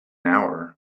hour